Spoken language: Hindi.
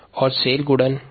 कोशिका गुणन क्या है